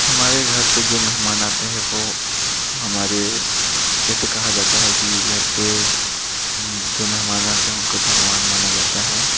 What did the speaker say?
हमारे घर पर जो मेहमान आते हैं वह हमारे जैसे कहा जाता है कि घर पर जो मेहमान आते हैं उनको भगवान माना जाता है